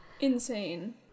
Insane